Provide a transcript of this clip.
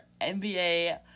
nba